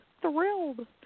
thrilled